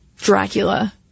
Dracula